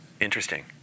interesting